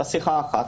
היתה שיחה אחת.